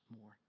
more